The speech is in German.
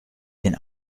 den